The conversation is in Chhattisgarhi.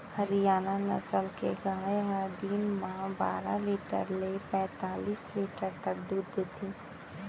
हरियाना नसल के गाय हर दिन म बारा लीटर ले पैतालिस लीटर तक दूद देथे